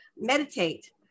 meditate